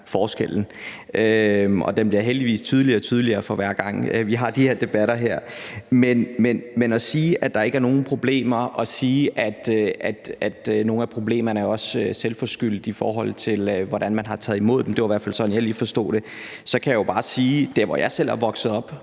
forskellen, og den bliver heldigvis tydeligere og tydeligere, for hver gang vi har de her debatter. Til det at sige, at der ikke er nogen problemer, og at sige, at nogle af problemerne også er selvforskyldte, i forhold til hvordan man har taget imod dem – det var i hvert fald sådan, jeg lige forstod det – kan jeg bare sige, at der, hvor jeg selv er vokset op,